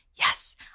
yes